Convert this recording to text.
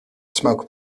smoke